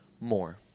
more